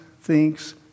thinks